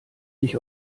dich